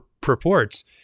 purports